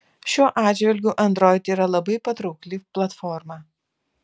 šiuo atžvilgiu android yra labai patraukli platforma